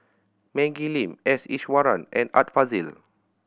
Maggie Lim S Iswaran and Art Fazil